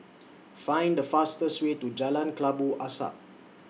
Find The fastest Way to Jalan Kelabu Asap